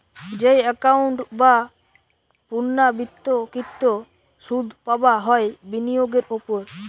যেই একাউন্ট এ পূর্ণ্যাবৃত্তকৃত সুধ পাবা হয় বিনিয়োগের ওপর